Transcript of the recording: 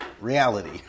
reality